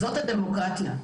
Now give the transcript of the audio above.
זאת הדמוקרטיה,